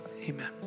Amen